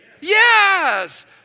yes